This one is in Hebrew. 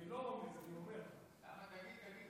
אני לא רוצה להגיד